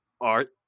art